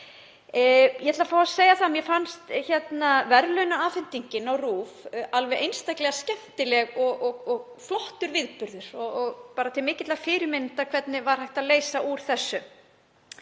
viðbót við það starf. Mér fannst verðlaunaafhendingin á RÚV alveg einstaklega skemmtileg og flottur viðburður og bara til mikillar fyrirmyndar hvernig var hægt að leysa úr þessu.